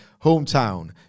hometown